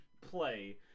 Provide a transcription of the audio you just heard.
play